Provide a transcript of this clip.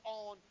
on